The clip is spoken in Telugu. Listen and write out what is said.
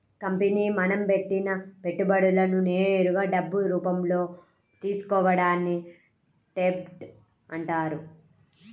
కంపెనీ మనం పెట్టిన పెట్టుబడులను నేరుగా డబ్బు రూపంలో తీసుకోవడాన్ని డెబ్ట్ అంటారు